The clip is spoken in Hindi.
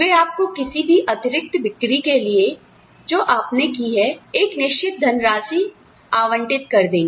वे आपको किसी भी अतिरिक्त बिक्री के लिए जो आपने की है एक निश्चित धनराशि आवंटित कर देंगे